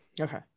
Okay